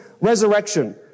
resurrection